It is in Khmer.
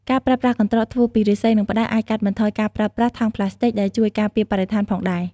ការប្រើប្រាស់កន្ត្រកធ្វើពីឫស្សី និងផ្តៅអាចកាត់បន្ថយការប្រើប្រាស់ ថង់ប្លាស្ទិក ដែលជួយការពារបរិស្ថានផងដែរ។